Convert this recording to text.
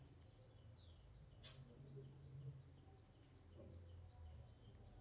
ಕಬ್ಬಣದ ಕೊಕ್ಕಿ ಹೆಚ್ಚ್ ಭಾರ ಇರೋದ್ರಿಂದ ನೇರಾಗ ಮುಳಗತೆತಿ ಇದನ್ನ ನದಿ, ಕೆರಿ ಮತ್ತ ಸಮುದ್ರದಾಗ ಮೇನ ಹಿಡ್ಯಾಕ ಉಪಯೋಗಿಸ್ತಾರ